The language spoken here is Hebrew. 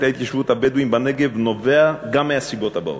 ההתיישבות הבדואים בנגב נובע גם מהסיבות האלה: